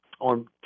on